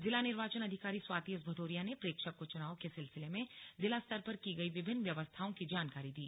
जिला निर्वाचन अधिकारी स्वाति एस भदौरिया ने प्रेक्षक को चुनाव के सिलसिले में जिला स्तर पर की गई विभिन्न व्यवस्थाओं की जानकारी दी